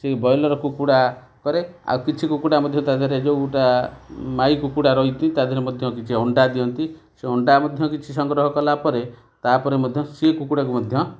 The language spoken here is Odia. ସେ ବ୍ରଏଲର୍ କୁକୁଡ଼ା କରେ ଆଉ କିଛି କୁକୁଡ଼ା ମଧ୍ୟ ତା ଦେହରେ ଯେଉଁଗୋଟା ମାଇ କୁକୁଡ଼ା ରହିଛି ତା ଦେହରେ ମଧ୍ୟ କିଛି ଅଣ୍ଡା ଦିଅନ୍ତି ସେ ଅଣ୍ଡା ମଧ୍ୟ କିଛି ସଂଗ୍ରହ କଲାପରେ ତା'ପରେ ମଧ୍ୟ ସେଇ କୁକୁଡ଼ାକୁ ମଧ୍ୟ